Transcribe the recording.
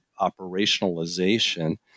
operationalization